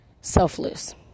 selfless